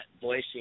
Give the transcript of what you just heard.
voicing